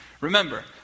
Remember